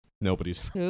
Nobody's